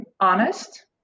honest